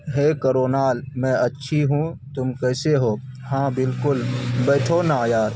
ہے کرونال میں اچھی ہوں تم کیسے ہو ہاں بالکل بیٹھو نا یار